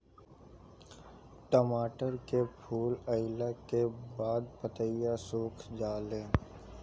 टमाटर में फूल अईला के बाद पतईया सुकुर जाले?